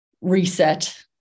reset